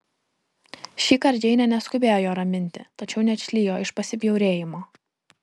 šįkart džeinė neskubėjo jo raminti tačiau neatšlijo iš pasibjaurėjimo